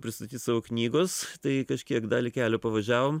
pristatyt savo knygos tai kažkiek dalį kelio pavažiavom